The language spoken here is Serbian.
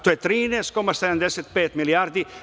To je 13,75 milijardi.